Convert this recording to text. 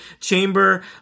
chamber